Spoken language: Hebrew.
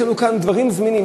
יש לנו כאן דברים זמינים,